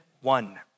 one